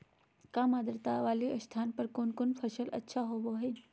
काम आद्रता वाले स्थान पर कौन फसल अच्छा होबो हाई?